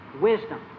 wisdom